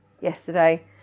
yesterday